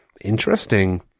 Interesting